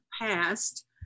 past